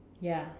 ya